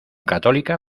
católica